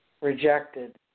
rejected